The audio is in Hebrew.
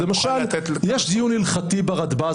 למשל יש דיון הלכתי ברדב"ז,